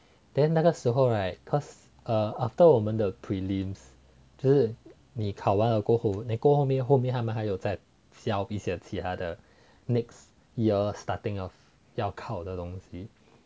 then 那个时候 right cause err after 我们的 prelims 就是你考完了过后 then 后面后面他们还有在 sell 一些 next year starting off 要考的东西